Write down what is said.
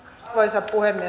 arvoisa puhemies